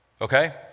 Okay